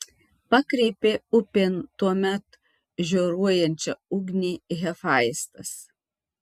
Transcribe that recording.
pakreipė upėn tuomet žioruojančią ugnį hefaistas